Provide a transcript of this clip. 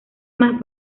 más